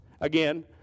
Again